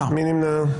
מי נמנע?